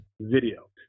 video